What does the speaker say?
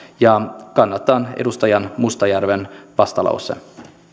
kannatan edustaja mustajärven vastalausetta